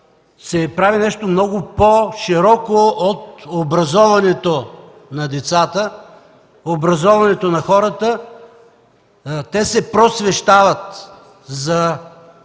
се прави нещо много по-широко от образоването на децата, образоването на хората. Те се просвещават за